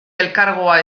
elkargoa